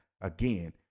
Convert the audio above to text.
again